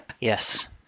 Yes